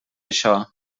això